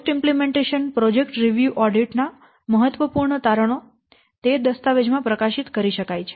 post અમલીકરણ project સમીક્ષા audit ના મહત્વપૂર્ણ તારણો તે દસ્તાવેજ માં પ્રકાશિત કરી શકાય છે